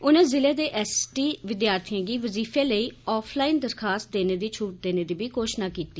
उनें जिले दे एस टी विद्यार्थिएं गी वज़ीफें लेई आफ लाइन दरखास्त देने दी छूट देने दी बी घोशणा कीती